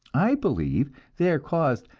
i believe they are caused,